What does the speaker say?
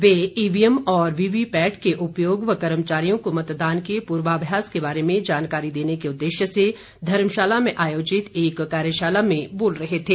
वे EVM और VVPAT के उपयोग व कर्मचारियों को मतदान के पूर्वाभ्यास के बारे जानकारी देने के उद्देश्य से धर्मशाला में आयोजित एक कार्यशाला में बोल रहे थे